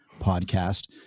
podcast